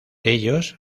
ellos